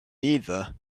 neither